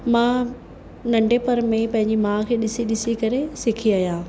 मां नंढपण में पंहिंजी माउ खे ॾिसी ॾिसी करे सिखी आहियां